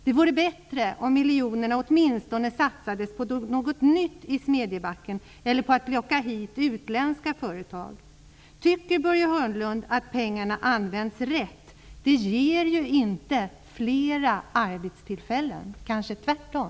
Det vore bättre om miljonerna åtminstone satsades på något nytt i Smedjebacken eller på att locka hit utländska företag. Tycker Börje Hörnlund att pengarna används rätt? De ger ju inte fler arbetstillfällen, utan det är kanske tvärtom.